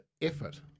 effort